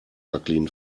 jacqueline